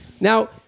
now